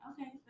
Okay